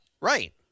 Right